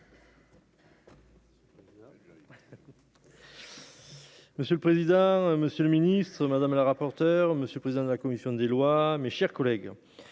Monsieur le président, Monsieur le Ministre Madame la rapporteure, monsieur le président de la commission des lois, mes chers collègues,